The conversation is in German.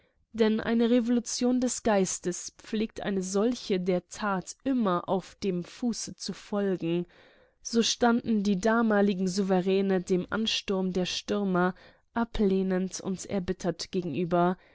denn einer revolution des geistes pflegt eine solche der tat auf dem fuß zu folgen so standen die damaligen souveräne dem ansturm der stürmer ablehnend und erbittert gegenüber